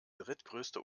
drittgrößte